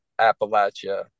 Appalachia